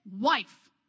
wife